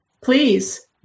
Please